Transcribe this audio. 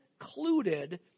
included